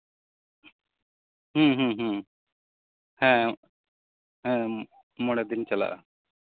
ᱦᱩᱸ ᱦᱩᱸ ᱦᱩᱸ ᱦᱮᱸ ᱦᱮᱸ ᱢᱚᱬᱮ ᱫᱤᱱ ᱪᱟᱞᱟᱜᱼᱟ